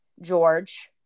george